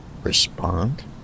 respond